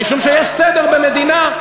משום שיש סדר במדינה.